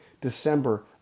December